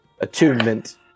attunement